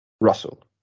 Russell